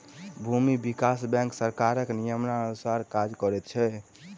भूमि विकास बैंक सरकारक नियमानुसार काज करैत छै